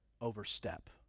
overstep